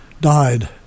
died